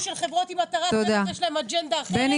שלחברות עם מטרת רווח יש להם אג'נדה אחרת.